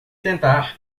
tentar